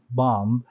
bomb